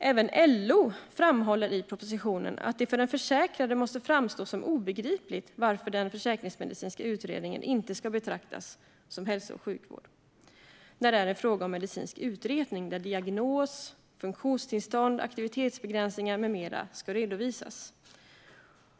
Även LO framhåller i propositionen att det för den försäkrade måste framstå som obegripligt varför den försäkringsmedicinska utredningen inte ska betraktas som hälso och sjukvård när det är fråga om en medicinsk utredning där diagnos, funktionstillstånd, aktivitetsbegränsningar med mera ska redovisas.